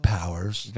Powers